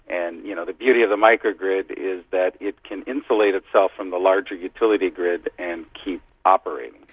and you know the beauty of the micro-grid is that it can insulate itself from the larger utility grid and keep operating.